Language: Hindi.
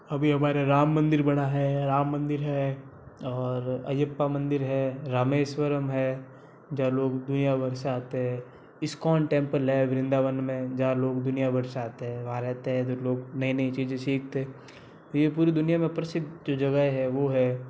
अभी हमारा राम मंदिर बना है राम मंदिर है और अयप्पा मंदिर है रामेश्वरम है जहाँ लोग दुनिया भर से आते हैं इस्कॉन टेम्पल है वृंदावन में जहाँ लोग दुनिया भर से आते हैं वहाँ रहते हैं जो लोग नई नई चीज़ें सीखते तो ये पूरी दुनिया में प्रसिद्ध जो जगहें हैं वो है